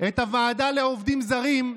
את הוועדה לעובדים זרים,